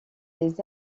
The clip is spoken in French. les